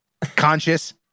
Conscious